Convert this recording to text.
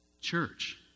Church